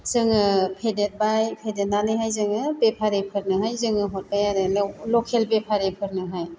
जोङो फेदेरबाय फेदेरनानैहाय जोङो बेफारिफोरनोहाय जोङो हरबाय आरो लकेल बेफारिफोरनोहाय